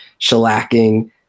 shellacking